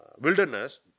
wilderness